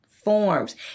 Forms